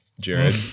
Jared